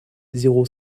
zéro